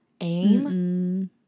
AIM